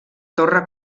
torre